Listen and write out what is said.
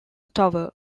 tower